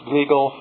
legal